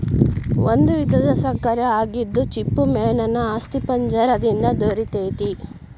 ಒಂದು ವಿಧದ ಸಕ್ಕರೆ ಆಗಿದ್ದು ಚಿಪ್ಪುಮೇನೇನ ಅಸ್ಥಿಪಂಜರ ದಿಂದ ದೊರಿತೆತಿ